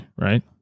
right